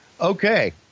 Okay